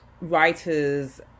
writers